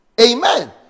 amen